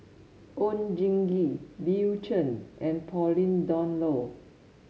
Oon Jin Gee Bill Chen and Pauline Dawn Loh